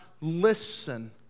listen